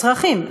הצרכים,